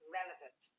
relevant